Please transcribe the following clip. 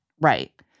right